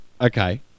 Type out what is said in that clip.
Okay